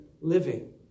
living